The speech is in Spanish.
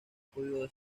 podido